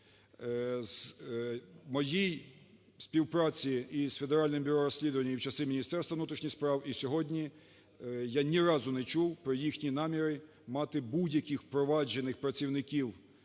В моїй співпраці і з Федеральним Бюро Розслідувань, і в часи Міністерства внутрішніх справ, і сьогодні я ні разу не чув про їхні наміри мати будь-яких впроваджених працівників